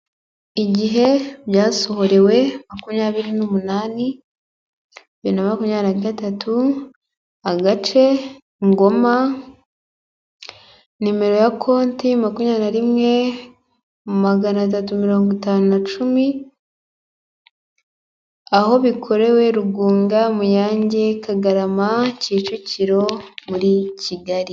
Igihe byasohorewe: makumyabiri n'umunani, bibiri na makumyabiri na gatatu, agace: Ngoma, nimero ya konti: makumyabiri na rimwe, magana atatu mirongo itanu na cumi, aho bikorewe: Rugunga, Muyange, Kagarama, Kicukiro muri Kigali.